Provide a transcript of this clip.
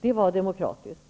Det var demokratiskt.